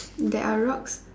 there are rocks